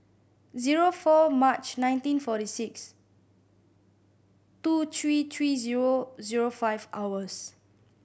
zero four March nineteen forty six two three three zero zero five hours